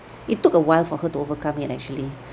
it took a while for her to overcome it and actually